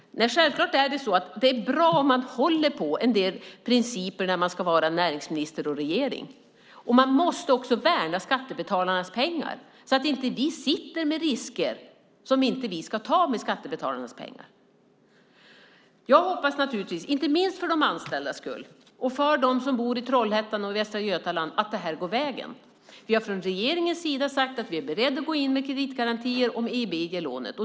Nej, självklart är det bra om man håller på en del principer när man ska vara näringsminister i en regering. Man måste också värna skattebetalarnas pengar, så att vi inte sitter med risker som vi inte ska ta med skattebetalarnas pengar. Jag hoppas naturligtvis att det här går vägen, inte minst för de anställdas skull och för dem som bor i Trollhättan och Västra Götaland. Vi har från regeringens sida sagt att vi är beredda att gå in med kreditgarantier om EIB ger lånet.